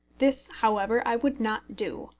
this, however, i would not do,